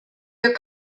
your